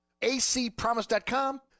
acpromise.com